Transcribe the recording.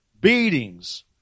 beatings